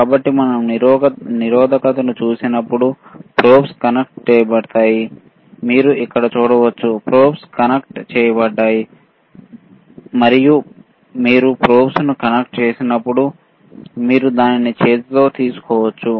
కాబట్టి మనం నిరోధకంను చూసినప్పుడు ప్రోబ్స్ కనెక్ట్ చేయబడతాయి మీరు ఇక్కడ చూడవచ్చు ప్రోబ్స్ కనెక్ట్ చేయబడ్డాయి మరియు మీరు ప్రోబ్ను కనెక్ట్ చేసినప్పుడు మీరు దానిని చేతిలో తీసుకోవచ్చు